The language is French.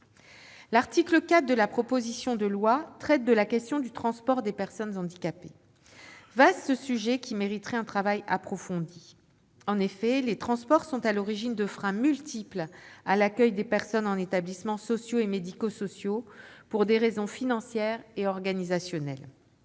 L'article 4 de la proposition de loi traite de la question du transport des personnes handicapées. Vaste sujet, qui mériterait un travail approfondi. En effet, les transports sont à l'origine de freins multiples à l'accueil des personnes en établissements sociaux et médico-sociaux, pour des raisons financières et organisationnelles.